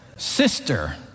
Sister